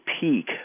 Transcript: peak